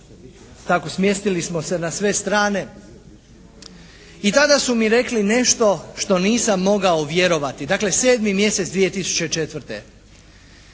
tako smjestili smo se na sve strane i tada su mi rekli nešto što nisam mogao vjerovati. Dakle, sedmi mjesec 2004.